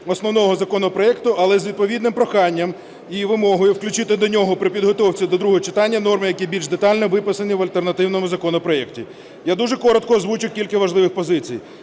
основного законопроекту, але з відповідним проханням і вимогою включити до нього при підготовці до другого читання норми, які більш детально виписані в альтернативному законопроекті. Я дуже коротко озвучу кілька важливих позицій.